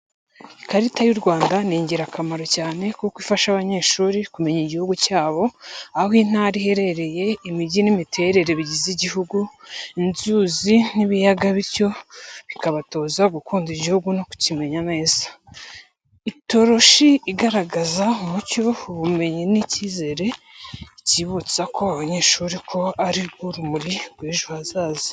Ikarita y’u Rwanda ni ingirakamaro cyane kuko ifasha abanyeshuri kumenya igihugu cyabo, aho intara ziherereye, imijyi n’imiterere bigize igihugu, inzuzi n'ibiyaga bityo bikabatoza gukunda igihugu no kukimenya neza. Itoroshi igaragaza umucyo, ubumenyi n’icyizere, ikibutsa ko abanyeshuri ko ari rwo rumuri rw'ejo hazaza.